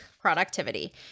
productivity